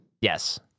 Yes